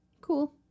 Cool